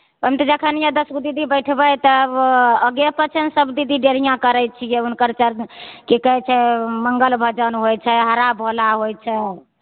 हम तऽ जखनिये दसगो दिदी बैठबै तब आगे पछे ने सब दिदी डेढ़िया करै छियै हुनकर चर्चा की कहै छै मंगल भजन होइ छै हरऽ भोला होइ छै